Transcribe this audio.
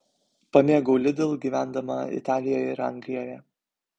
pamėgau lidl gyvendama italijoje ir anglijoje